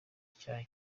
icyaha